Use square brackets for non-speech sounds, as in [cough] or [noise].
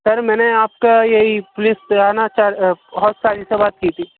سر میں نے آپ کا یہی پولس [unintelligible] جو ہے نا حوض قاضی سے کی بات تھی